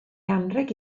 anrheg